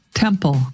Temple